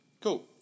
Cool